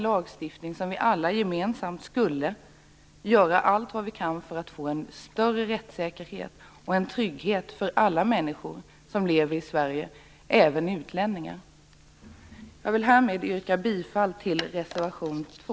Vi borde alla gemensamt göra allt vad vi kan för att få en större rättssäkerhet och en trygghet för alla människor som lever i Sverige, även utlänningar. Jag vill härmed yrka bifall till reservation 2.